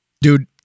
Dude